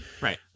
Right